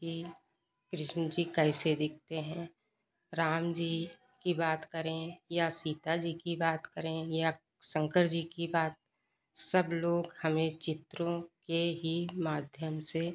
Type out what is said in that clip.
कि कृष्ण जी कैसे दिखते हैं राम जी की बात करें या सीता जी की बात करें या शंकर जी की बात सब लोग हमें चित्रों के ही माध्यम से